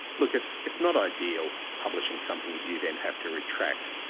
look it's it's not ideal publishing something you then have to retract.